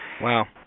Wow